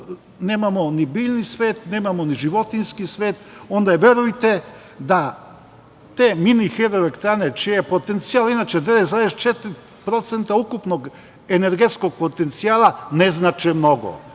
nemamo ni biljni svet, nemamo ni životinjski svet, onda verujte da te minihidroelektrane, čiji je potencijal inače 9,4% ukupnog energetskog potencijala, ne znače mnogo. Imamo